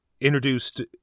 introduced